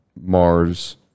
Mars